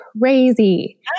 crazy